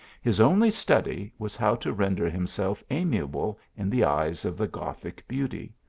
his only study, was how to render himself amiable in the eyes of the gothic beauty.